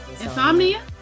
Insomnia